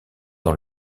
dans